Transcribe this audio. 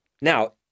Now